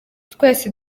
twese